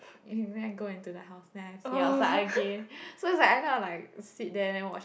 eh you go and go into the house then I see outside again so it's like I not like sit there then watch the